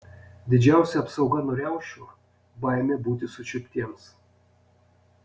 didžiausia apsauga nuo riaušių baimė būti sučiuptiems